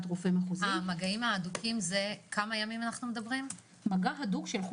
רופא מחוזי -- על כמה ימים אנחנו מדברים במקרה של מגעים הדוקים?